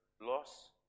loss